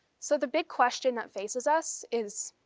so the big question that faces us is.